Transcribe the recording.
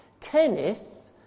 Kenneth